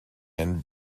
and